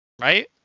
right